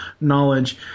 knowledge